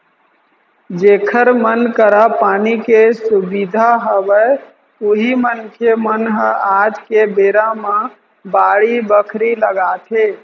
जेखर मन करा पानी के सुबिधा हवय उही मनखे मन ह आज के बेरा म बाड़ी बखरी लगाथे